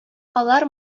алар